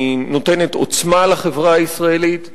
היא נותנת עוצמה לחברה הישראלית.